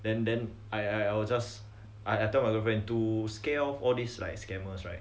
then then I I will just I I talk my girlfriend to scare off all this scammer right